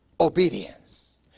obedience